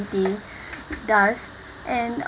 does and um